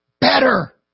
better